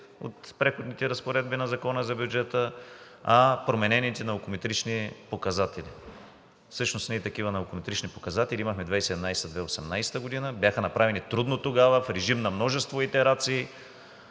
от Преходните разпоредби на Закона за бюджета, а променените наукометрични показатели. Всъщност ние такива наукометрични показатели имахме през 2017 г. и 2018 г. Бяха направени трудно тогава – в режим на множество итерации.